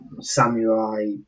samurai